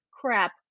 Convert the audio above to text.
crap